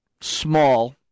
small